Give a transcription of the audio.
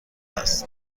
است